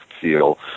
feel